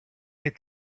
get